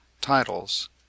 titles